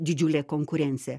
didžiulė konkurencija